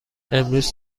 امروز